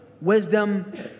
wisdom